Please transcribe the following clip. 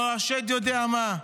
או השד יודע מה.